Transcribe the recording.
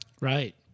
Right